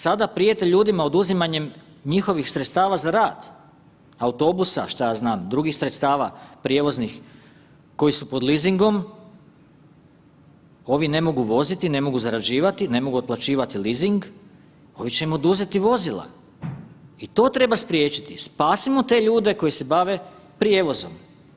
Sada prijete ljudima oduzimanjem njihovih sredstava za rad, autobusa, šta ja znam, drugih sredstava prijevoznih koji su pod leasingom, ovi ne mogu voziti, ne mogu zarađivati, ne mogu otplaćivati leasing, ovi će mu oduzeti vozila i to treba spriječiti, spasimo te ljude koji se bave prijevozom.